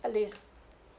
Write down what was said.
at least